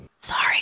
Sorry